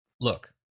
Look